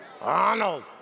Arnold